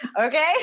Okay